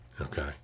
Okay